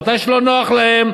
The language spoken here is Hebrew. מתי שלא נוח להם,